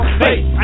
face